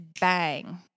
bang